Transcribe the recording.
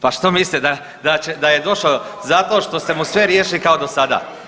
Pa što mislite da je došao zato što ste mu sve riješili kao do sada?